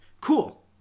cool